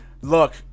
look